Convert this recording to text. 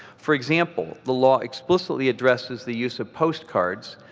for example, the law explicitly addresses the use of postcards,